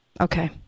Okay